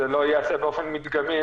זה לא ייעשה באופן מדגמי,